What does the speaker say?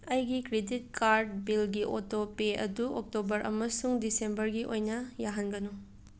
ꯑꯩꯒꯤ credit card ꯕꯤꯜꯒꯤ auto pay ꯑꯗꯨ ꯑꯣꯛꯇꯣꯕꯔ ꯑꯃꯁꯨꯡ ꯗꯤꯁꯦꯝꯕꯔꯒꯤ ꯑꯣꯏꯅ ꯌꯥꯍꯟꯒꯅꯨ